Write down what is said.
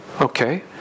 okay